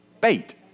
Bait